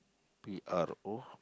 P R O